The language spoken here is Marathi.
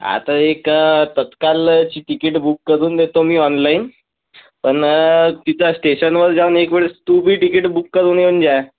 आता एक तात्काळची तिकिटं बुक करून देतो मी ऑनलाईन पण तिथं स्टेशनवर जाऊन एकवेळेस तूबी तिकीट बुक करून येऊन जा